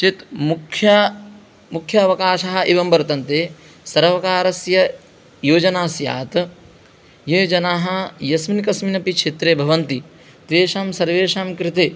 चेत् मुख्य मुख्य अवकाशः एवं वर्तन्ते सर्वकारस्य योजना स्यात् ये जनाः यस्मिन् कस्मिन्नपि क्षेत्रे भवन्ति तेषां सर्वेषां कृते